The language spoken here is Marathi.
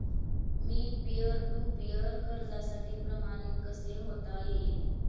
मी पीअर टू पीअर कर्जासाठी प्रमाणित कसे होता येईल?